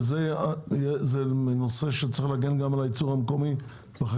וזה נושא שצריך להגן גם על היצור המקומי והחקלאות.